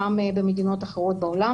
גם במדינות אחרות בעולם.